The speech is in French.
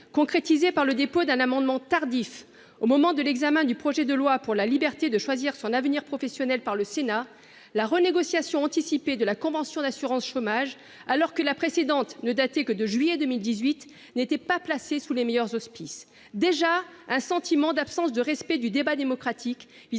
concrétisée par le dépôt d'un amendement tardif lors de l'examen du projet de loi pour la liberté de choisir son avenir professionnel par le Sénat, la renégociation anticipée de la convention d'assurance chômage, alors que la précédente ne datait que du mois de juillet 2018, n'était pas placée sous les meilleurs auspices. Déjà, le sentiment que le Gouvernement ne respectait pas le débat démocratique, non